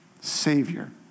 savior